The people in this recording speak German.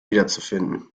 wiederzufinden